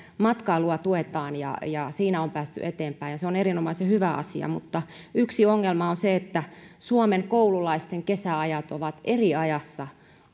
matkailua tuetaan ja ja siinä on päästy eteenpäin ja se on erinomaisen hyvä asia mutta yksi ongelma on se että suomen koululaisten kesäajat ovat eri ajassa